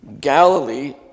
Galilee